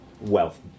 wealth